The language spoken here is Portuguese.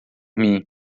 mim